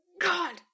God